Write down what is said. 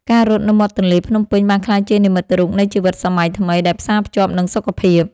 ការរត់នៅមាត់ទន្លេភ្នំពេញបានក្លាយជានិមិត្តរូបនៃជីវិតសម័យថ្មីដែលផ្សារភ្ជាប់នឹងសុខភាព។